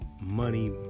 money